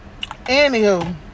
Anywho